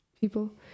people